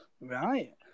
Right